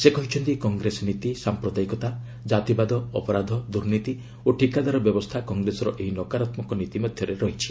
ସେ କହିଛନ୍ତି କଂଗ୍ରେସ ନୀତି ସାମ୍ପ୍ରଦାୟିକତା କାତିବାଦ ଅପରାଧ ଦୁର୍ନୀତି ଓ ଠିକାଦାର ବ୍ୟବସ୍ଥା କଂଗ୍ରେସର ଏହି ନକାରାତ୍ମକ ନୀତି ମଧ୍ୟରେ ରହିଛି